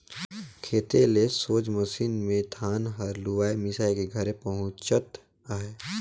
खेते ले सोझ मसीन मे धान हर लुवाए मिसाए के घरे पहुचत अहे